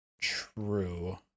True